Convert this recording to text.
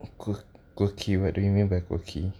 quirky what do you mean by quirky